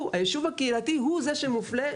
הוא, הישוב הקהילתי הוא זה שמופלה.